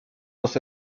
nos